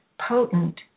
potent